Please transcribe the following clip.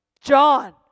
John